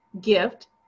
gift